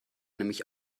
nämlich